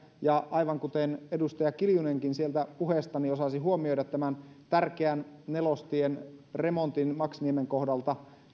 ja aivan kuten edustaja kiljunenkin sieltä puheestani osasi huomioida tämän tärkeän nelostien remontin maksniemen kohdalta